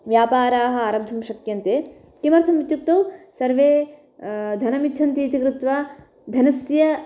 व्यापाराः आरब्धुं शक्यन्ते किमर्थमित्युक्तौ सर्वे धनं इच्छन्तीति कृत्वा धनस्य